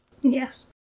Yes